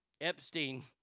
Epstein